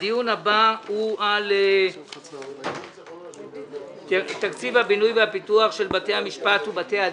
הדיון הבא הוא על תקציב הבינוי והפיתוח של בתי המשפט ובתי הדין.